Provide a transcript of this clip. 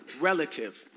relative